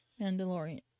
Mandalorian